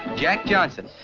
jack johnson.